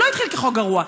הוא לא התחיל כחוק גרוע,